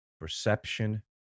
perception